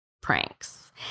pranks